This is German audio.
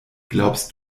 glaubst